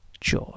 joy